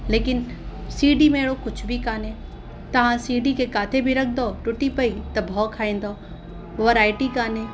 लेकिन C D में अहिड़ो कुझु बि कोन्हे तव्हां सी डी खे किथे बि रखंदौ टुटी पई त भउ खाईंदौ वराएटी कोन्हे